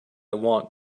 want